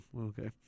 okay